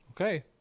Okay